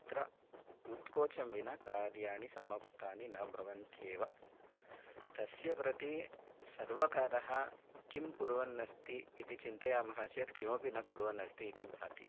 तत्र उत्कोचं विना कार्याणि समाप्तानि न भवन्त्येव तस्य प्रति सर्वकारः किं कुर्वन् अस्ति इति चिन्तयामः चेत् किमपि न कुर्वन् अस्ति इति भाति